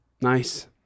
Nice